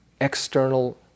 external